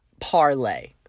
parlay